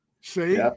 See